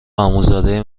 عموزاده